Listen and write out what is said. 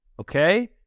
okay